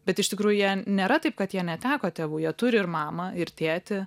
bet iš tikrųjų jie nėra taip kad jie neteko tėvų jie turi ir mamą ir tėtį